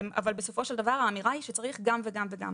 בסופו של דבר, האמירה היא שצריך גם וגם וגם.